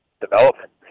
development